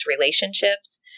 relationships